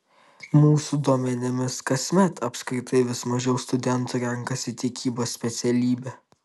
mūsų duomenimis kasmet apskritai vis mažiau studentų renkasi tikybos specialybę